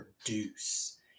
produce